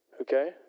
okay